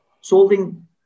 solving